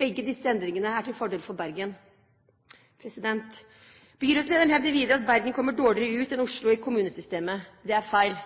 Begge disse endringene er til fordel for Bergen. Byrådslederen hevder videre at Bergen kommer dårligere ut enn Oslo i kommunesystemet. Det er feil.